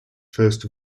first